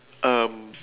um